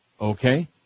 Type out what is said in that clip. Okay